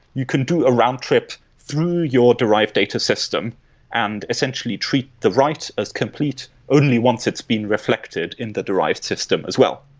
you can do a round trip through your derived data system and essentially treat the write as completely only once it's been reflected in the derived system as well,